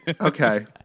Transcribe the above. Okay